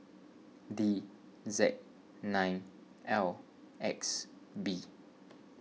D Z nine L X B